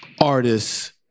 artists